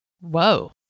Whoa